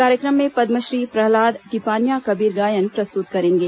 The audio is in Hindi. कार्यक्रम में पद्मश्री प्रहलाद टीपान्या कबीर गायन प्रस्तुत करेंगे